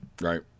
Right